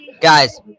guys